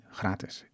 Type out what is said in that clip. gratis